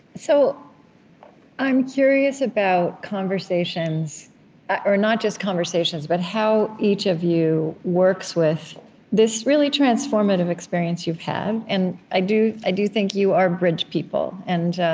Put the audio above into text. so i'm curious about conversations or, not just conversations, but how each of you works with this really transformative experience you've had and i do i do think you are bridge people, and